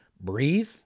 breathe